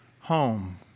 home